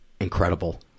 incredible